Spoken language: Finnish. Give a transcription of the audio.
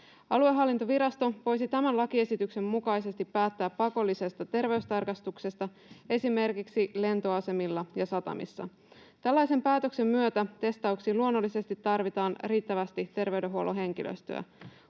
Aluehallintovirasto voisi tämän lakiesityksen mukaisesti päättää pakollisesta terveystarkastuksesta esimerkiksi lentoasemilla ja satamissa. Tällaisen päätöksen myötä testauksiin luonnollisesti tarvitaan riittävästi terveydenhuollon henkilöstöä.